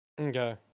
Okay